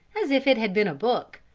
as if it had been a book.